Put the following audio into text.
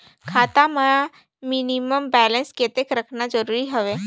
खाता मां minimum balance कतेक रखना जरूरी हवय?